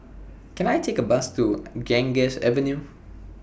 Can I Take A Bus to Ganges Avenue